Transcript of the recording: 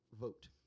vote